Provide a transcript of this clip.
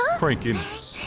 crankiness,